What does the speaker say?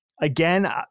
Again